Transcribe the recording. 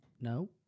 No